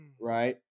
right